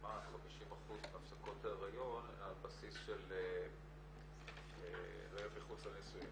כמעט 50% מהפסקות ההיריון הן על בסיס של היריון מחוץ לנישואין.